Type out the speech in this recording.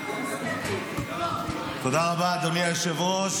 תודה רבה, אדוני היושב-ראש.